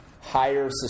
Higher